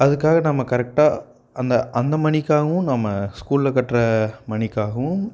அதுக்காக நம்ம கரெக்டா அந்த அந்த மணிக்காகவும் நம்ம ஸ்கூலில் கட்டுற மணிக்காகவும்